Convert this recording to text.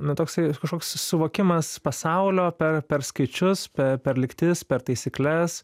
nu toksai kažkoks suvokimas pasaulio per per skaičius per lygtis per taisykles